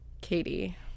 Katie